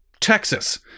Texas